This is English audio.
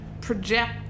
project